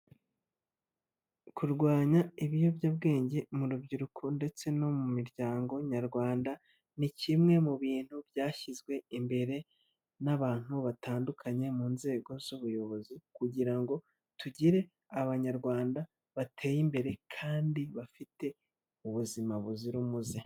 Kurwanya ibiyobyabwenge mu rubyiruko ndetse no mu miryango nyarwanda, ni kimwe mu bintu byashyizwe imbere n'abantu batandukanye mu nzego z'ubuyobozi kugira ngo tugire abanyarwanda bateye imbere kandi bafite ubuzima buzira umuze.